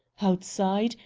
outside,